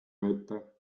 võtta